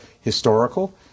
historical